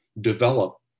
develop